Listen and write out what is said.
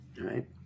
right